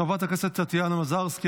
חברת הכנסת טטיאנה מזרסקי,